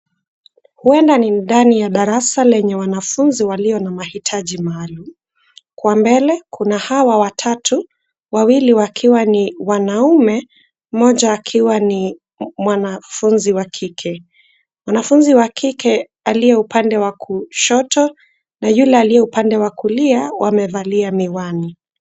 Hueda ni ndani ya darasa lenye wanafuzi waliona mahitaji maalum. Kwa mbele kuna hawa watatu, wawili wakiwa ni wanaume, mmoja akiwa ni mwanafuzi wa kike. Mwanafuzi wa kike aliye upande wa kushoto na yule aliye upande wa kulia wamevalia miwani.